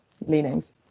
leanings